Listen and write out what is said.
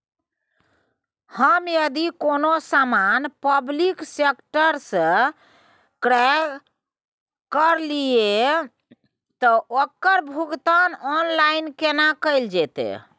हम यदि कोनो सामान पब्लिक सेक्टर सं क्रय करलिए त ओकर भुगतान ऑनलाइन केना कैल जेतै?